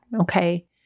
okay